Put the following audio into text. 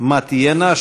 מה תהיינה.